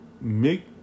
make